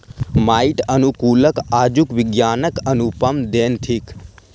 माइट अनुकूलक आजुक विज्ञानक अनुपम देन थिक